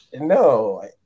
No